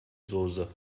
soße